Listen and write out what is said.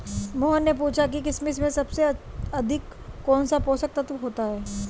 मोहन ने पूछा कि किशमिश में सबसे अधिक कौन सा पोषक तत्व होता है?